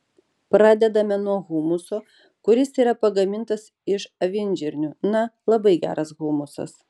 pradedame nuo humuso kuris yra pagamintas iš avinžirnių na labai geras humusas